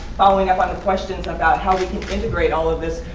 following up on the questions about how we can integrate all of this,